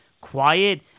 quiet